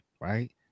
Right